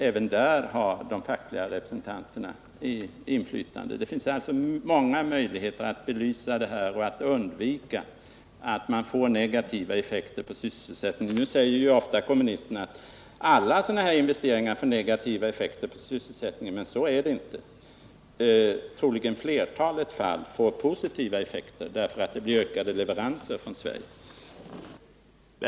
Även där har de fackliga representanterna inflytande. Det finns alltså många möjligheter att belysa dessa problem och att undvika negativa effekter på sysselsättningen. Nu säger kommunisterna ofta att alla sådana här investeringar får negativa effekter på sysselsättningen, men så är det inte. Troligen får flertalet fall positiva effekter på sysselsättningen i Sverige, på grund av att det blir ökade leveranser från Sverige.